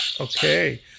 Okay